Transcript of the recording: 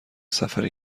سفر